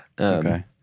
okay